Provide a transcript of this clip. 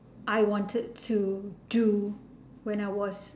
I wanted to do when I was